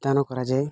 ଦାନ କରାଯାଏ